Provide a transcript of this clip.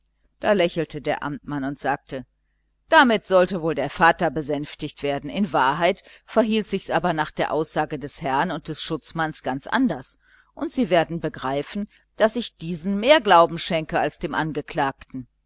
da lächelte der amtmann und sagte damit sollte wohl der vater besänftigt werden in wahrheit verhielt sich's aber nach der aussage des herrn sekretärs und des schutzmanns ganz anders und sie werden begreifen daß ich diesen mehr glauben schenke als dem angeklagten